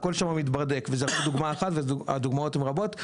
הכול שם מתברדק וזו רק דוגמא אחת והדוגמאות הן רבות,